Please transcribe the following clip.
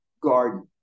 garden